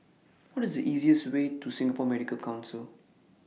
What IS The easiest Way to Singapore Medical Council